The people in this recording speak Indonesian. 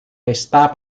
pesta